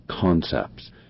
concepts